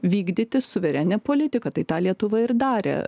vykdyti suverenią politiką tai tą lietuva ir darė